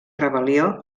rebel·lió